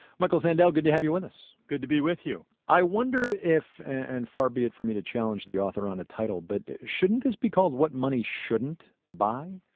michael sandel, good to have you with us good to be with you i wonder if and far be it for me to challenge the author on a title but shouldn't this be called what money shouldn't buy?